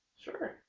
Sure